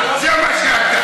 זה מה שאתה.